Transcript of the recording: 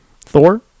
Thor